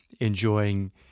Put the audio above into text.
enjoying